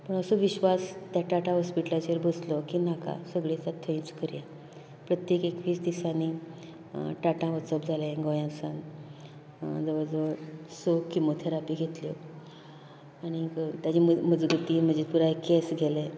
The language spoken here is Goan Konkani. पूण असो विश्वास त्या टाटा हॉस्पिटलांचेर बसलो की नाका सगळें सग थंयच करया प्रत्येक एकवीस दिसांनीं टाटांत वचप जाले गोंयांसावन जवळ जवळ स किमोथिरापी घेतल्यो आनीक ताचे म मजगतींक म्हजें पुराय केंस गेलें